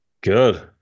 Good